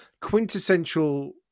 quintessential